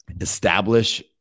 establish